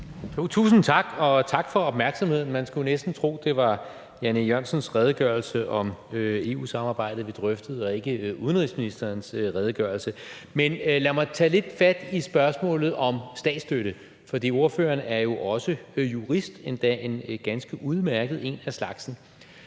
(V): Tusind tak, og tak for opmærksomheden. Man skulle næsten tro, det var Jan E. Jørgensens redegørelse om EU-samarbejdet, vi drøftede, og ikke udenrigsministerens redegørelse. Men lad mig tage lidt fat i spørgsmålet om statsstøtte. For ordføreren er jo også jurist, endda en ganske udmærket en af slagsen.